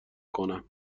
کنم